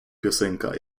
piosenka